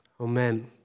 Amen